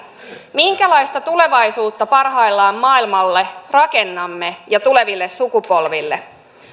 minkälaista tulevaisuutta parhaillaan maailmalle ja tuleville sukupolville rakennamme